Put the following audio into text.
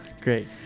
Great